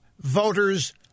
voters